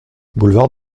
boulevard